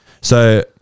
So-